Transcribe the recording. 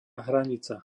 hranica